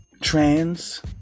Trans